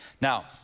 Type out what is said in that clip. Now